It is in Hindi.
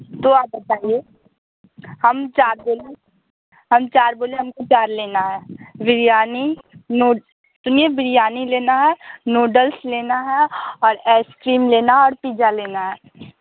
तो आप बताइए हम चार जने है हम चार बोले हमको चार लेना है बिरयानी सुनिए बिरयानी लेना है नूडल्स लेना है और आइसक्रीम लेना है और पिज़्ज़ा लेना है